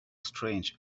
strange